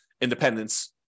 independence